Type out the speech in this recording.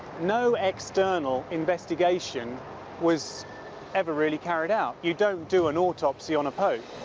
no external investigation was ever really carried out. you don't do an autopsy on a pope,